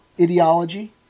ideology